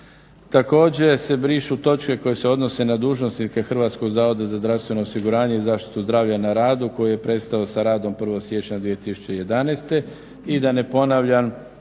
Također se brišu točke koje se odnose na dužnosnike Hrvatskog zavoda za zdravstveno osiguranje i zaštitu zdravlja na radu koji je prestao sa radom 1. siječnja 2011. i da ne ponavljam,